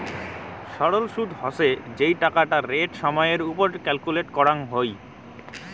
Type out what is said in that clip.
সরল সুদ হসে যেই টাকাটা রেট সময় এর ওপর ক্যালকুলেট করাঙ হই